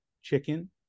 chicken